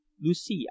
lucia